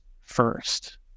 first